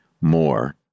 more